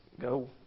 go